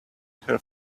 her